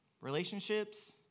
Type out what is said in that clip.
Relationships